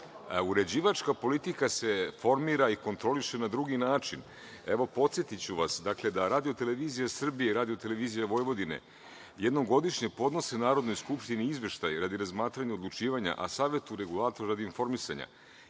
ovde. Uređivačka politika se formira i kontroliše na drugi način. Evo, podsetiću vas, dakle, da Radio televizije Srbije i Radio televizija Vojvodine jednom godišnje podnose Narodnoj skupštini izveštaj radi razmatranja i odlučivanja, a Savetu regulatora radi informisanja,